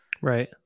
Right